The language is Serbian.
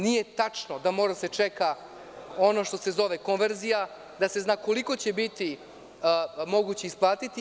Nije tačno da mora da se čeka ono što se zove konverzija, da se zna koliko će biti moguće isplatiti.